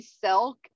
silk